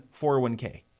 401k